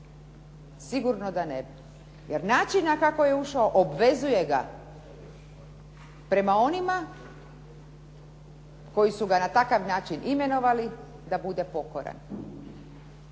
sigurno ne bi. Jer način na koji je ušao obvezuje ga prema onima koji su ga na takav način imenovali da bude pokoran